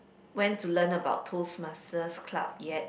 went to learn about toast masters club yet